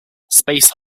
space